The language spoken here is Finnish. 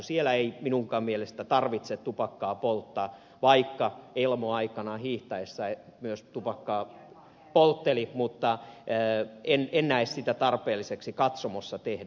siellä ei minunkaan mielestäni tarvitse tupakkaa polttaa vaikka elmo aikanaan hiihtäessään myös tupakkaa poltteli mutta en näe sitä tarpeelliseksi katsomossa tehdä